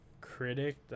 critic